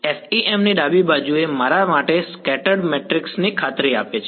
FEM ની ડાબી બાજુએ મારા માટે સ્કેટર્ડ મેટ્રિક્સ ની ખાતરી આપી છે